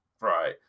right